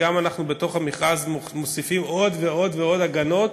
וגם אנחנו מוסיפים בתוך המכרז עוד ועוד ועוד הגנות